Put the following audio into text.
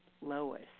Lois